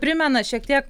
primena šiek tiek